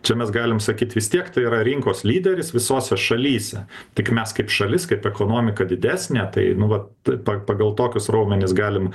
čia mes galim sakyt vis tiek tai yra rinkos lyderis visose šalyse tik mes kaip šalis kaip ekonomika didesnė tai nu vat pa pagal tokius raumenis galim